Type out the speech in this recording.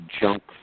junk